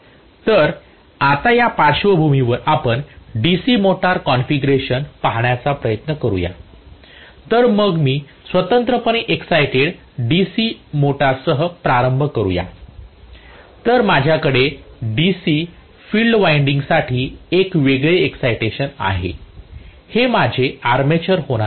तर आता या पार्श्वभूमीवर आपण DC मोटर कॉन्फिगरेशन पाहण्याचा प्रयत्न करूया तर मग मी स्वतंत्रपणे एक्साईटेड DC मोटरसह प्रारंभ करूया तर माझ्याकडे DC फील्ड वाइंडिंगसाठी एक वेगळे एक्साईटेशन आहे हे माझे आर्मेचर होणार आहे